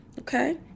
okay